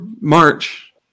March